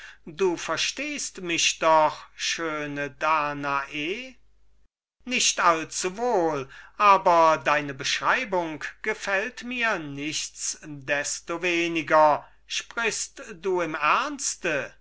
du verstehst mich ja schöne danae nicht allzuwohl aber deine beschreibung gefällt mir nichts desto minder du sprichst doch im ernst